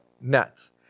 nets